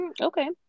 Okay